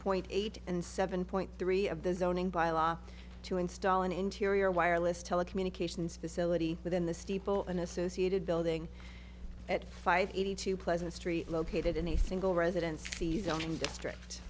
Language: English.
point eight and seven point three of the zoning by law to install an interior wireless telecommunications facility within the steeple an associated building at five eighty two pleasant street located in a single residence the zoning district